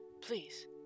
Please